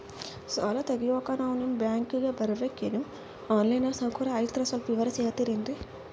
ಸಾಲ ತೆಗಿಯೋಕಾ ನಾವು ನಿಮ್ಮ ಬ್ಯಾಂಕಿಗೆ ಬರಬೇಕ್ರ ಏನು ಆನ್ ಲೈನ್ ಸೌಕರ್ಯ ಐತ್ರ ಸ್ವಲ್ಪ ವಿವರಿಸಿ ಹೇಳ್ತಿರೆನ್ರಿ?